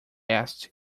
asked